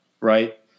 Right